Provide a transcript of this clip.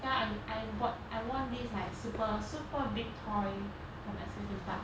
ya I I bought I won this like super super big toy from escape theme park